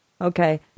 Okay